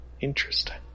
interesting